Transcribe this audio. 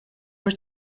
were